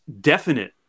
definite